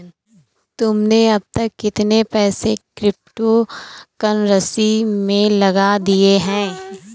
तुमने अब तक कितने पैसे क्रिप्टो कर्नसी में लगा दिए हैं?